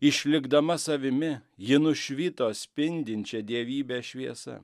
išlikdama savimi ji nušvito spindinčia dievybės šviesa